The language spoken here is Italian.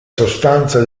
sostanza